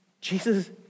Jesus